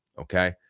okay